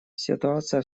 ситуация